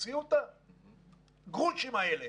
תוציאו את הגרושים האלה